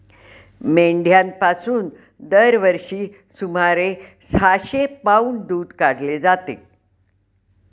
मेंढ्यांपासून दरवर्षी सुमारे सहाशे पौंड दूध काढले जाते